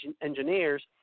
engineers